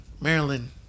Maryland